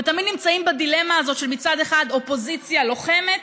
ותמיד נמצאים בדילמה הזאת של מצד אחד אופוזיציה לוחמת,